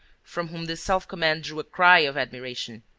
from whom this self-command drew a cry of admiration.